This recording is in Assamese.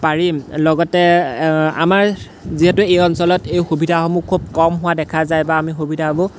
পাৰিম লগতে আমাৰ যিহেতু এই অঞ্চলত এই সুবিধাসমূহ খুব কম হোৱা দেখা যায় বা আমি সুবিধাসমূহ